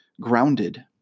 grounded